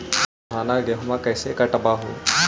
धाना, गेहुमा कैसे कटबा हू?